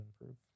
improve